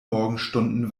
morgenstunden